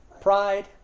Pride